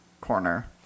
corner